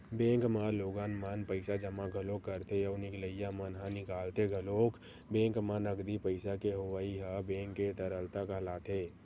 bank म लोगन मन पइसा जमा घलोक करथे अउ निकलइया मन ह निकालथे घलोक बेंक म नगदी पइसा के होवई ह बेंक के तरलता कहलाथे